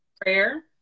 prayer